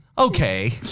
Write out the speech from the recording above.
Okay